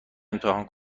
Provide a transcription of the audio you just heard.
امضا